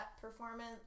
performance